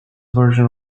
version